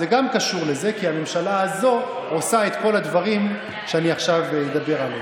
חוקי-יסוד, להזכיר לך, מי שמביא זה בסוף כנסת